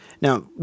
Now